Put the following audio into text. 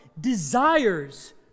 desires